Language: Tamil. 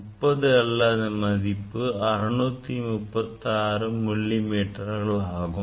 30 அல்ல அதன் மதிப்பு 636 மில்லி மீட்டர் ஆகும்